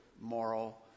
moral